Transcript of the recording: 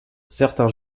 certains